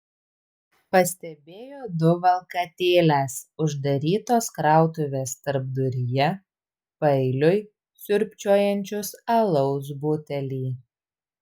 pastebėjo du valkatėles uždarytos krautuvės tarpduryje paeiliui siurbčiojančius alaus butelį